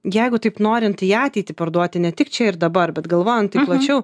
jeigu taip norint į ateitį parduoti ne tik čia ir dabar bet galvojant taip plačiau